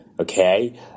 okay